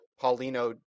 Paulino